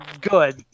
good